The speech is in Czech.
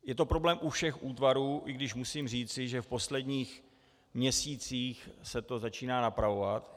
Je to problém u všech útvarů, i když musím říci, že v posledních měsících se to začíná napravovat.